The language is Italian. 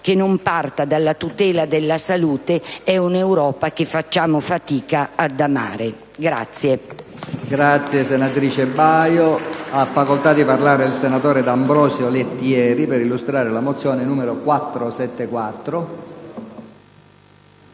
che non parte dalla tutela della salute sia un'Europa che facciamo fatica ad amare.